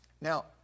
Now